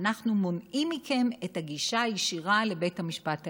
אנחנו מונעים מכם את הגישה הישירה לבית המשפט העליון.